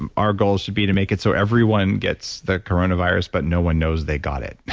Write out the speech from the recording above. and our goal should be to make it so everyone gets the coronavirus, but no one knows they got it